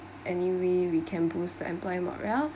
anyway we can boost the employee morale